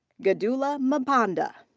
gudula mpanda.